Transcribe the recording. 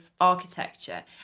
architecture